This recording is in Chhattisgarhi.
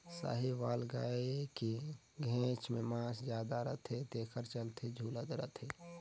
साहीवाल गाय के घेंच में मांस जादा रथे तेखर चलते झूलत रथे